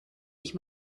ich